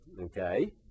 Okay